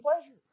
pleasure